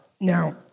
Now